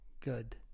good